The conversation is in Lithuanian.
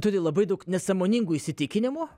turi labai daug nesąmoningų įsitikinimų